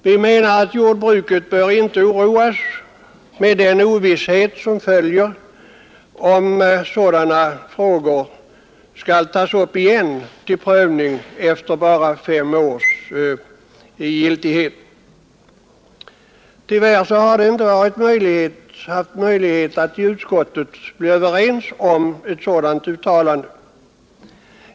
Vi menar att jordbruket inte bör oroas med den ovisshet som följer, om sådana frågor skall tas upp igen till prövning efter bara fem års giltighet. Tyvärr har det inte varit möjligt att i utskottet bli överens om ett sådant uttalande.